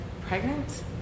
pregnant